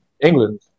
England